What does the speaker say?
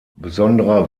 besonderer